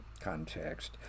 context